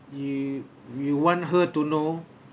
you you want her to know